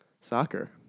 Soccer